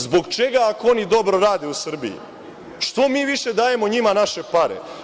Zbog čega ako oni dobro rade u Srbiji? što mi više dajemo njima naše pare?